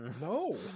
No